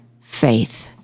faith